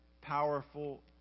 powerful